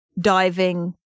diving